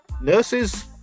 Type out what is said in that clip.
nurses